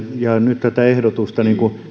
ja nyt tätä ehdotusta